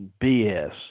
BS